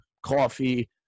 coffee